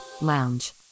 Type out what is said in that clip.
Lounge